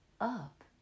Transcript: up